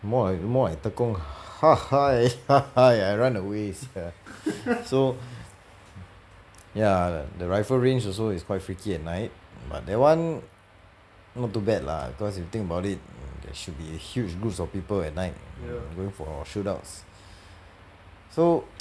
more like more like tekong hi hi hi hi I run away sia so ya the rifle range also is quite freaky at night but that [one] not too bad lah cause you think about it there should be huge groups of people at night going for shootouts so